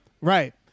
Right